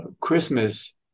Christmas